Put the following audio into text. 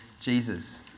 Jesus